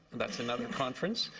that's another conference.